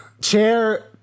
Chair